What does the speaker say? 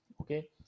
okay